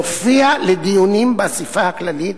להופיע לדיונים באספה הכללית,